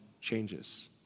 changes